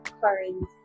current